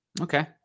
Okay